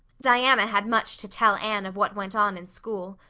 diana had much to tell anne of what went on in school.